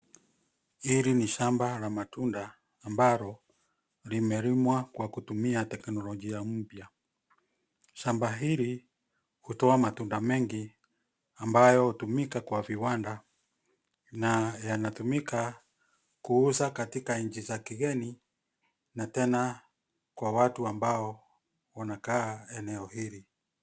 Hili ni shamba la matunda ambalo limelimwa kwa kutumia teknolojia mpya. Shamba hili hutoa matunda mengi ambayo hutumika kwa viwanda na yanatumika kuuza katika nchi za kigeni na tena kwa watu ambao wanakaa eneo hili.